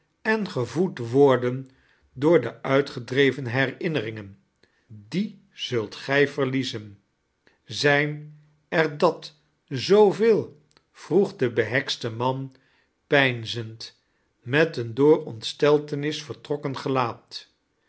en gevoed worden door de uitgedreven herinneringen die zult gq verliezen zijn er dat zoo veei vroeg de behekste man peinzend met een door ontsteltenis vertrokken gelaat